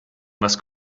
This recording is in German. was